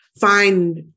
find